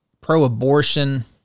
pro-abortion